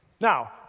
Now